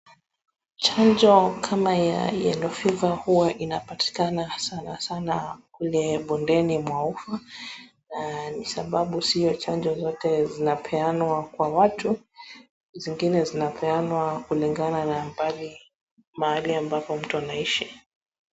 Chanjo kama ya yellow fever huwa inapatikana sana sana kule bondeni mwa ufa na ni sababu sio chanjo zote zinapeanwa kwa watu zingine zinapeanwakulingana na mahali ambapo mtu anaishi.